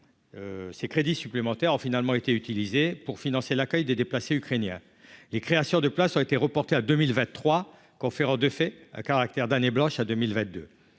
ces crédits supplémentaires ont finalement été utilisés pour financer l'accueil des déplacés ukrainiens, les créations de places ont été reporté à 2023 conférence de faits à caractère d'année blanche à 2022